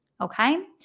okay